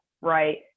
right